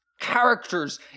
characters